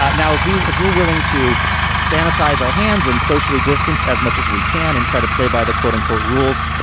ah now, if we we if we're willing to sanitize our hands and socially distance as much as we can and try to play by the quote unquote rules,